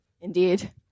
Indeed